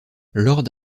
lord